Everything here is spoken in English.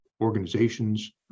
organizations